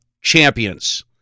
champions